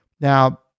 Now